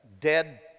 dead